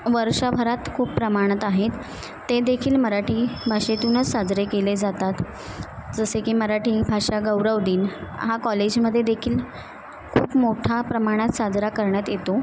वर्षभरात खूप प्रमाणात आहेत ते देखील मराठी भाषेतूनच साजरे केले जातात जसे की मराठी भाषा गौरव दिन हा कॉलेजमध्ये देखील खूप मोठ्या प्रमाणात साजरा करण्यात येतो